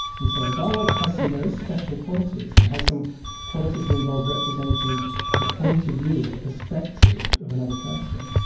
and so and dialogue has some very special qualities, it has some qualities that involve representing the point of view or the perspective of another person.